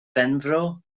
benfro